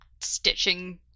stitching